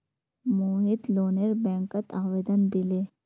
मोहित लोनेर बैंकत आवेदन दिले